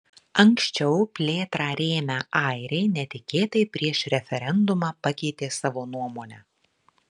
anksčiau plėtrą rėmę airiai netikėtai prieš referendumą pakeitė savo nuomonę